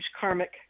karmic